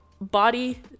body